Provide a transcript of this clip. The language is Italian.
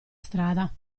strada